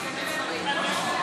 בעד רועי פולקמן,